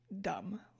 dumb